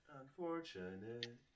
unfortunate